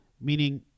Meaning